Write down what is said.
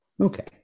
Okay